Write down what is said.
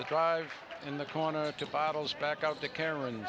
the drive in the corner two bottles back out to karen